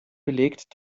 belegt